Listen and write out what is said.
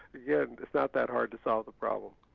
again, it's not that hard to solve the problem.